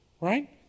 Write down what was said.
right